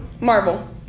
Marvel